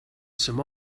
some